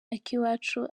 akiwacu